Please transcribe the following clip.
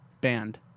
banned